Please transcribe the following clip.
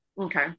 Okay